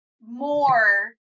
more